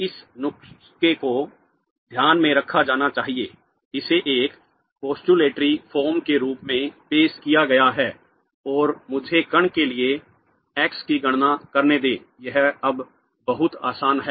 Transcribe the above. इस नुस्खे को ध्यान में रखा जाना चाहिए इसे एक पोस्टुलेटरी फॉर्म के रूप में पेश किया गया है और मुझे कण के लिए x की गणना करने दें यह अब बहुत आसान है